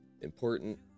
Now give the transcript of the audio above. important